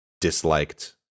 disliked